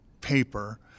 paper